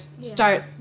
start